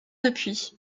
depuis